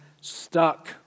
stuck